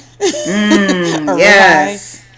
yes